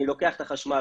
אני לוקח אתה חשמל,